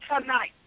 tonight